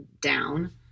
down